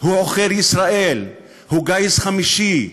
הוא עוכר ישראל, הוא גיס חמישי,